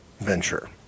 venture